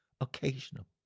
Occasional